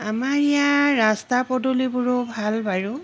আমাৰ ইয়াৰ ৰাস্তা পদূলিবোৰো ভাল বাৰু